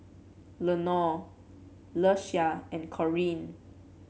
Lenore Ieshia and Corine